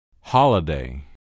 Holiday